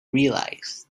realized